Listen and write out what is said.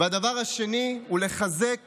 הדבר השני הוא לחזק